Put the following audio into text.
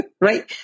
right